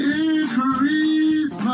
increase